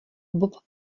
bob